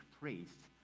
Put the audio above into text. priests